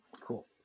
cool